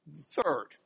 third